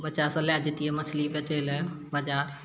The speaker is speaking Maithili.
बच्चासँ लए जैतियै मछली बेचय लए बजार